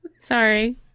Sorry